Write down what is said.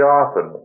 often